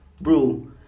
bro